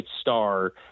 star